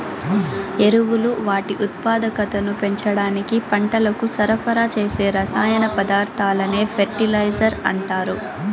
ఎరువులు వాటి ఉత్పాదకతను పెంచడానికి పంటలకు సరఫరా చేసే రసాయన పదార్థాలనే ఫెర్టిలైజర్స్ అంటారు